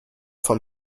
vom